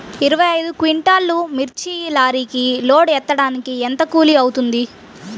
ఇరవై ఐదు క్వింటాల్లు మిర్చి లారీకి లోడ్ ఎత్తడానికి ఎంత కూలి అవుతుంది?